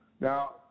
Now